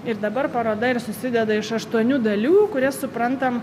ir dabar paroda ir susideda iš aštuonių dalių kurias suprantam